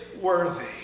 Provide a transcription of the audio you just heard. worthy